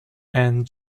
and